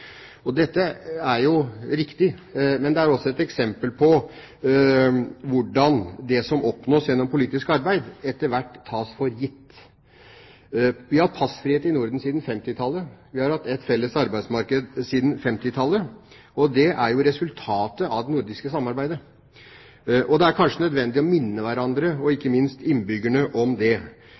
Dette er jo riktig, men det er også et eksempel på hvordan det som oppnås gjennom politisk arbeid, etter hvert tas for gitt. Vi har hatt passfrihet i Norden siden 1950-tallet. Vi har hatt ett felles arbeidsmarked siden 1950-tallet. Det er jo et resultat av det nordiske samarbeidet. Det er kanskje nødvendig å minne hverandre – og ikke minst innbyggerne – om det.